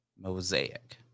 mosaic